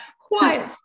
quiet